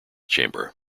chamber